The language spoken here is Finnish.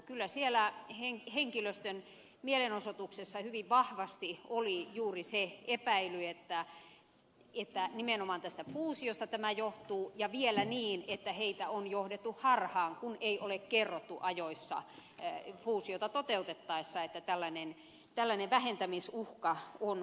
kyllä siellä henkilöstön mielenosoituksessa hyvin vahvasti oli juuri se epäily että nimenomaan tästä fuusiosta tämä johtuu ja vielä niin että heitä on johdettu harhaan kun ei ole kerrottu ajoissa fuusiota toteutettaessa että tällainen vähentämisuhka on päällä